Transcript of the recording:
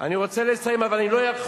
אני רוצה לסיים, אבל אני לא יכול.